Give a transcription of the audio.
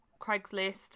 Craigslist